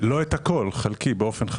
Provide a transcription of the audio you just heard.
לא את הכול, באופן חלקי.